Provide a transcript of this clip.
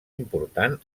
important